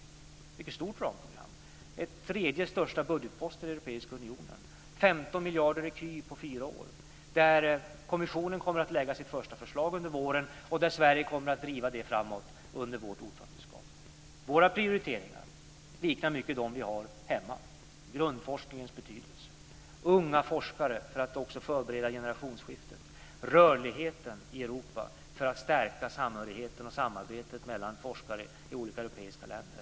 Det är ett mycket stort ramprogram - den tredje största budgetposten i den europeiska unionen. Det gäller 15 miljarder ecu på fyra år. Kommissionen kommer att lägga fram sitt första förslag under våren, och Sverige kommer att driva det framåt under ordförandeskapet. Våra prioriteringar liknar mycket dem som vi har hemma: grundforskningens betydelse, unga forskare för att också förbereda generationsskiftet samt rörligheten i Europa för att stärka samhörigheten och samarbetet mellan forskare i olika europeiska länder.